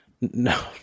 No